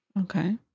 Okay